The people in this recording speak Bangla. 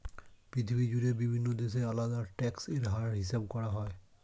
পৃথিবী জুড়ে বিভিন্ন দেশে আলাদা ট্যাক্স এর হার হিসাব করা হয়